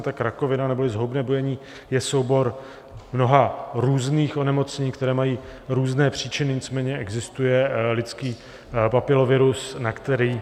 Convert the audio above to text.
Tak rakovina neboli zhoubné bujení je soubor mnoha různých onemocnění, která mají různé příčiny, nicméně existuje lidský papilomavirus, na který...